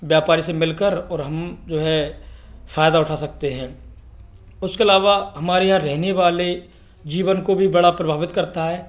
व्यापारी से मिलकर और हम जो हैं फ़ायदा उठा सकते है उसके आलावा हमारे यहाँ रहने वाले जीवन को भी बड़ा प्रभावित करता है